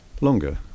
longer